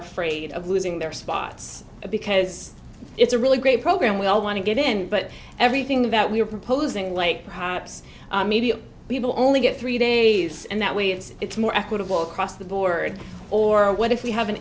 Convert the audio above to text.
afraid of losing their spots because it's a really great program we all want to get in but everything that we are proposing like perhaps maybe people only get three days and that way it's more equitable across the board or what if we have an